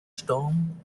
storm